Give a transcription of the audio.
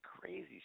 crazy